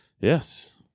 Yes